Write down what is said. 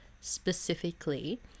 specifically